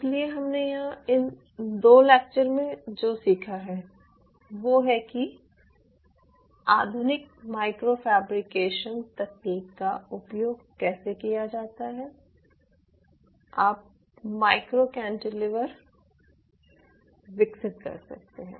इसलिए हमने यहां इन दो लेक्चर में जो सीखा है वो है कि आधुनिक माइक्रो फैब्रिकेशन तकनीक का उपयोग कैसे किया जाता है आप माइक्रो कैंटीलिवर विकसित कर सकते हैं